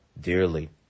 dearly